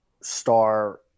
star